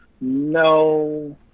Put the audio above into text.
No